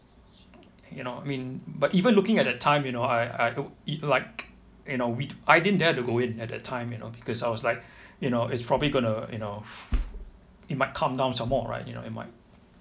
you know I mean but even looking at that time you know I I it w~ it like you know with I didn't dare to go in at that time you know because I was like you know it's probably gonna you know it might come down some more right you know it might